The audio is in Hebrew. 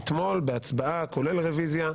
כולל הצבעה ורוויזיה,